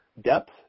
depth